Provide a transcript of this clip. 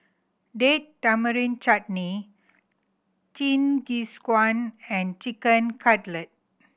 Date Tamarind Chutney Jingisukan and Chicken Cutlet